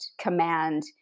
command